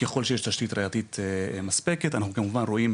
ככול שיש